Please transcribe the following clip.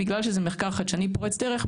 בגלל שזה מחקר חדשני פורץ דרך,